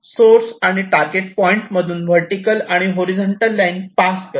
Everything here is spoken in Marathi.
सोर्स आणि टारगेट पॉईंट मधून वर्टीकल आणि हॉरिझॉन्टल लाईन पास करा